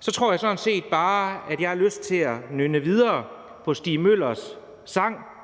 tror jeg sådan set bare, at jeg har lyst til at nynne videre på Stig Møllers sang